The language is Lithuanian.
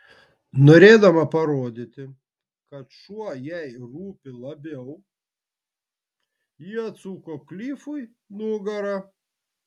norėdama parodyti kad šuo jai rūpi labiau ji atsuko klifui nugarą